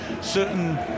certain